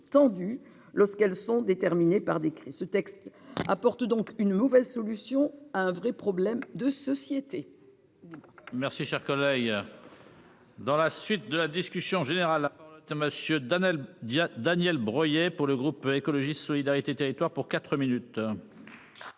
tendue lorsqu'elles sont déterminées par décret ce texte apporte donc une mauvaise solution à un vrai problème de société.